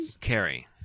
Carrie